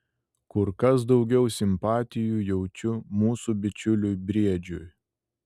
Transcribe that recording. kur kas daugiau simpatijų jaučiu mūsų bičiuliui briedžiui